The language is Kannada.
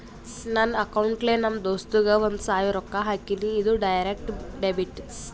ನಂದ್ ಅಕೌಂಟ್ಲೆ ನಮ್ ದೋಸ್ತುಗ್ ಒಂದ್ ಸಾವಿರ ರೊಕ್ಕಾ ಹಾಕಿನಿ, ಇದು ಡೈರೆಕ್ಟ್ ಡೆಬಿಟ್